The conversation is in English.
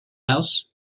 house